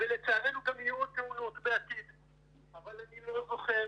לצערנו גם יהיו עוד תאונות בעתיד אבל אני לא זוכר